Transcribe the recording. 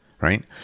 right